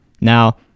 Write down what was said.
Now